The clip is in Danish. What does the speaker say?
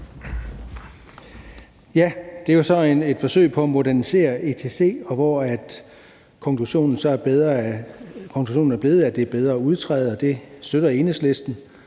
Det er jo et forsøg på at modernisere ECT, og konklusionen er så blevet, at det er bedre at udtræde, og det støtter Enhedslisten.